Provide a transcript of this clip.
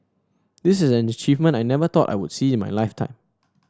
this is an achievement I never thought I would see in my lifetime